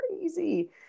Crazy